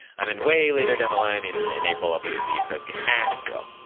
and then way later down the line, in april, i'll be at the east coast games conference as well.